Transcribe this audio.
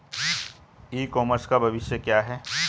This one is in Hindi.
ई कॉमर्स का भविष्य क्या है?